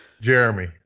Jeremy